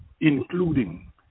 including